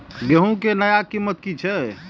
गेहूं के नया कीमत की छे?